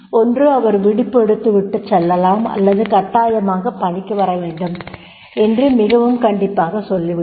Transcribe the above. ஒன்று அவர் விடுப்பு எடுத்துவிட்டுச் செல்லலாம் அல்லது கட்டாயமாகப் பணிக்கு வரவேண்டும் என்று மிகவும் கண்டிப்பாகச் சொல்லிவிட்டார்